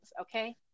okay